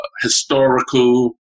historical